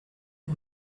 que